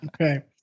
Okay